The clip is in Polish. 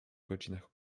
godzinach